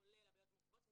כולל הבעיות המורכבות.